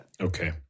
Okay